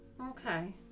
okay